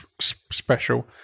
special